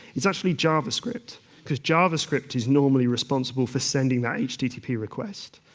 it's actually javascript because javascript is normally responsible for sending that http request.